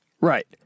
Right